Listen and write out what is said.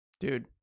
Dude